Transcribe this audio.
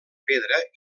pedra